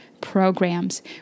programs